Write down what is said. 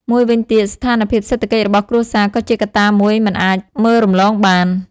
មួយវិញទៀត ស្ថានភាពសេដ្ឋកិច្ចរបស់គ្រួសារក៏ជាកត្តាមួយមិនអាចមើលរំលងបាន។